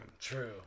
True